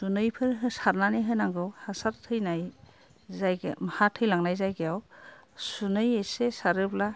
सुनैफोर सारनानै होनांगौ हासार थैनाय जायगा हा थैलांनाय जायगायाव सुनै एसे सारोब्ला